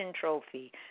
trophy